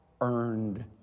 earned